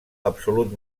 absolut